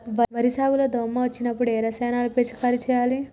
వరి సాగు లో దోమ వచ్చినప్పుడు ఏ రసాయనాలు పిచికారీ చేయాలి?